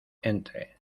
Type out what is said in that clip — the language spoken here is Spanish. entre